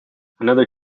another